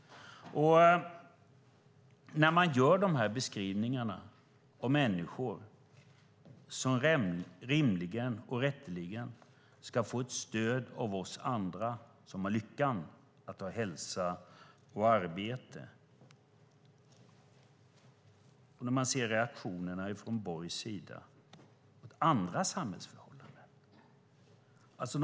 När man gör de beskrivningarna av människor som rimligen och rätteligen ska få ett stöd av oss andra som har lyckan att ha hälsa och arbete, och när man ser reaktionerna från Borgs sida på andra samhällsförhållanden kan man reagera.